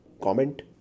comment